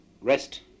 rest